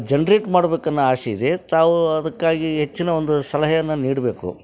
generate ಮಾಡ್ಬೇಕನ್ನೋ ಆಸೆ ಇದೆ ತಾವು ಅದಕ್ಕಾಗಿ ಹೆಚ್ಚಿನ ಒಂದು ಸಲಹೆಯನ್ನು ನೀಡಬೇಕು